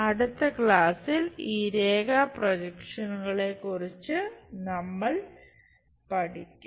അടുത്ത ക്ലാസ്സിൽ ഈ രേഖാ പ്രൊജക്ഷനുകളെക്കുറിച്ച് നമ്മൾ പഠിക്കും